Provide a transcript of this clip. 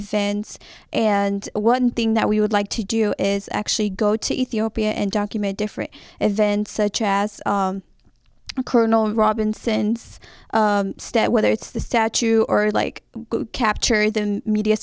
events and one thing that we would like to do is actually go to ethiopia and document different events such as colonel robinson's stat whether it's the statue or the like capture the media